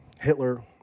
Hitler